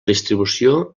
distribució